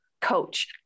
coach